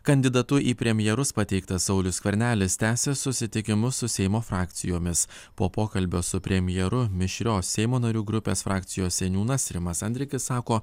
kandidatu į premjerus pateiktas saulius skvernelis tęsia susitikimus su seimo frakcijomis po pokalbio su premjeru mišrios seimo narių grupės frakcijos seniūnas rimas andrikis sako